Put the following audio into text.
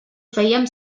fèiem